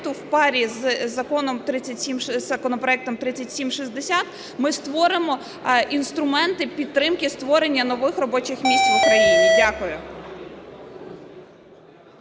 в парі з законопроектом 3760 ми створимо інструменти підтримки створення нових робочих місць в Україні. Дякую.